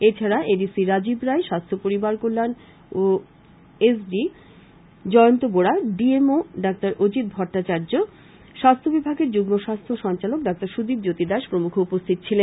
এ ছাড়া A D C Rajib Roy স্বাস্থ্য পরিবার কল্যান ও S D Jayanta Bora D M O ডা অজিত ভট্টাচার্য স্বাস্থ্য বিভাগের যুগ্ম স্বাস্থ্য সঞ্চালকডা সুদীপ জ্যোতি দাস প্রমূখ উপস্থিত ছিলেন